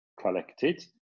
collected